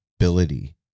ability